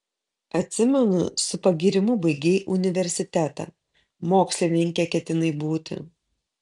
atsimenu su pagyrimu baigei universitetą mokslininke ketinai būti